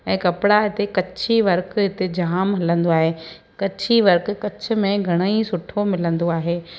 ऐं कपिड़ा हिते कच्छी वर्क हिते जाम हलंदो आहे कच्छी वर्क कच्छ में घणे ई सुठो मिलंदो आहे